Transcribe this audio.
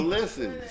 listen